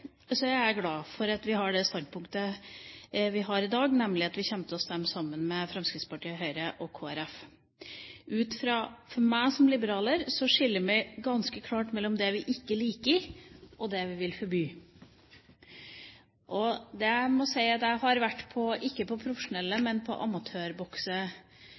er jeg glad for at vi har det standpunktet vi har i dag, nemlig at vi kommer til å stemme sammen med Fremskrittspartiet, Høyre og Kristelig Folkeparti. For meg som liberaler skiller vi ganske klart mellom det vi ikke liker, og det vi vil forby. Jeg må si at jeg har ikke vært på profesjonelle boksekonkurranser, men jeg har vært på